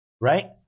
right